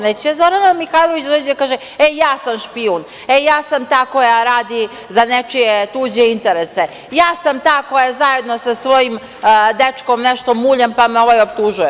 Neće Zorana Mihjalović da dođe da kaže - e, ja sam špijun, e ja sam ta koja radi za nečije tuđe interese, ja sam ta koja zajedno sa svojim dečkom nešto muljam, pa me ovaj optužuje.